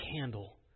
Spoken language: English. candle